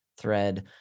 thread